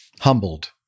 humbled